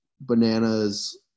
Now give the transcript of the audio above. bananas